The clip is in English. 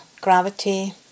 gravity